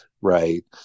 Right